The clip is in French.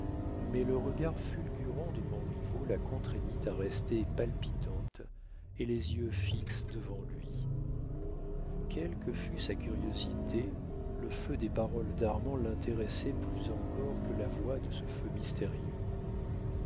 mais le regard fulgurant de montriveau la contraignit à rester palpitante et les yeux fixes devant lui quelle que fût sa curiosité le feu des paroles d'armand l'intéressait plus encore que la voix de ce feu mystérieux